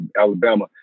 Alabama